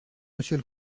monsieur